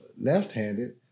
left-handed